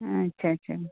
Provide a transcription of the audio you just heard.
ᱟᱪᱪᱷᱟ ᱟᱪᱪᱷᱟ ᱜᱚᱝᱠᱮ